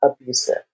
abusive